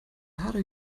harder